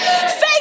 Faith